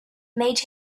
made